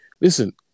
listen